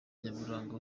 nyaburanga